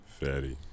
Fetty